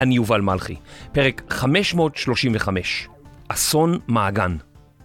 אני יובל מלחי, פרק 535, אסון מעגן.